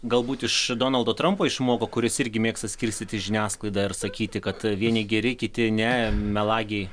galbūt iš donaldo trampo išmoko kuris irgi mėgsta skirstyti žiniasklaidą ir sakyti kad vieni geri kiti ne melagiai